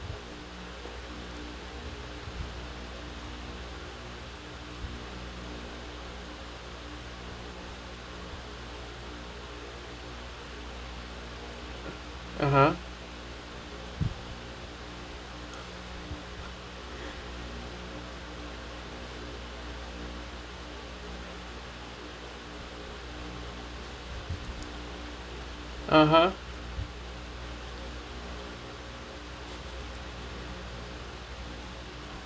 (uh huh) (uh huh)